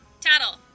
Tattle